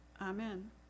Amen